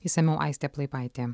išsamiau aistė plaipaitė